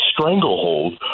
stranglehold